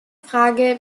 frage